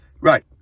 Right